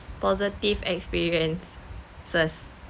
positive experiences